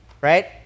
right